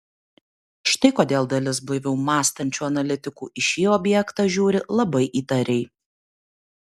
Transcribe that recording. štai kodėl dalis blaiviau mąstančių analitikų į šį objektą žiūri labai įtariai